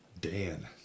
Dan